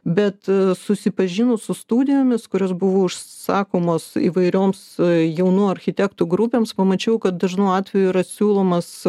bet susipažinus su studijomis kurios buvo užsakomos įvairioms jaunų architektų grupėms pamačiau kad dažnu atveju yra siūlomas